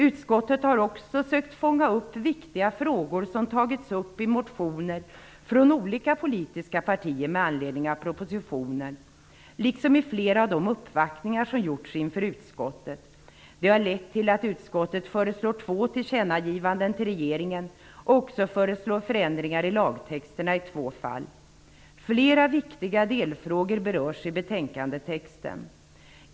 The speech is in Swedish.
Utskottet har också sökt fånga upp viktiga frågor som tagits upp i motioner från olika politiska partier med anledning av propositionen liksom vid flera av de uppvaktningar som gjorts inför utskottet. Det har lett till att utskottet föreslår två tillkännagivanden till regeringen och också föreslår förändringar i lagtexten i två fall. Flera viktiga delfrågor berörs i betänkandetexten.